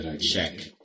Check